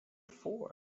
before